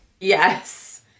Yes